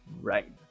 Right